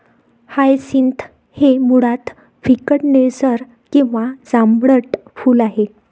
hyacinth हे मुळात फिकट निळसर किंवा जांभळट फूल आहे